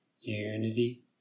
unity